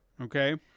Okay